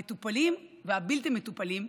המטופלים והבלתי-מטופלים,